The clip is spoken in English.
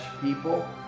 people